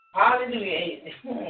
hallelujah